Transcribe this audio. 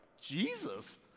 Jesus